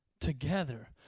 together